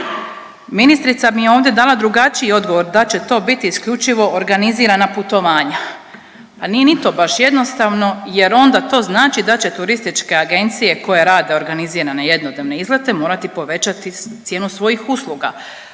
Ministrica mi je ovdje dala drugačiji odgovor, da će to biti isključivo organizirana putovanja. Pa nije ni to baš jednostavno jer onda to znači da će turističke agencije koje rade organizirane jednodnevne izlete morati povećati cijenu svojih usluga.